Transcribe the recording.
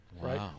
right